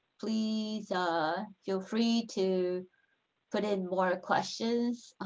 please feel free to put in more questions.